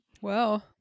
Wow